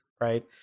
Right